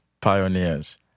pioneers